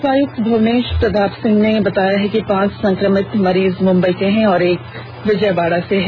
उपायुक्त भुवनेष प्रताप सिंह ने बताया कि पांच संक्रमित मरीज मुंबई के हैं और एक विजयवाड़ा से है